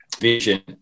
vision